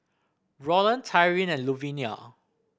Rolland Tyrin and Luvinia